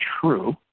true